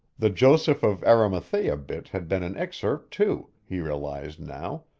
the joseph of arimathea bit had been an excerpt, too, he realized now,